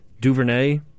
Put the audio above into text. Duvernay